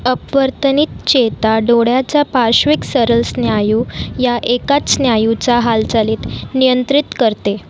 अपवर्तनी चेता डोळ्याच्या पार्श्विक सरल स्नायू या एकाच स्नायूचा हालचाली नियंत्रित करते